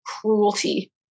cruelty